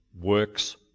works